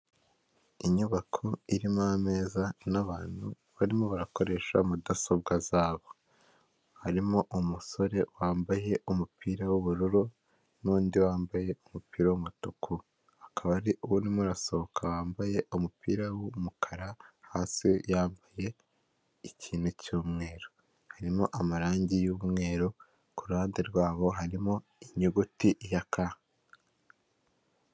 Inyubako irimo ameza n'abantu barimo barakoresha mudasobwa zabo. Harimo umusore wambaye umupira w'ubururu n'undi wambaye umupira w'umutuku akaba umwe urimo asohoka wambaye umupira wumukara hasi yambaye ikintu cy'umweru ,harimo amarangi y'umweru kuruhande rwabo harimo inyuguti ya k.